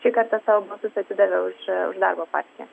šį kartą savo balsus atidavė už darbo partiją